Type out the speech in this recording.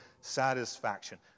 satisfaction